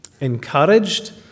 encouraged